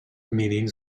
meanings